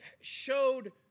showed